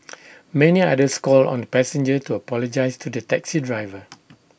many others called on the passenger to apologise to the taxi driver